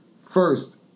first